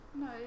No